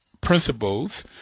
principles